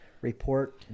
Report